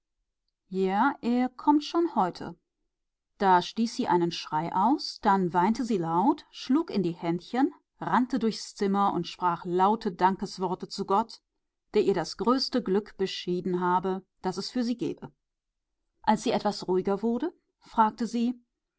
ja er kommt schon heute da stieß sie einen schrei aus dann weinte sie laut schlug in die händchen rannte durchs zimmer und sprach laute dankesworte zu gott der ihr das größte glück beschieden habe das es für sie gebe als sie etwas ruhiger wurde fragte sie